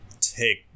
take